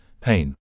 pain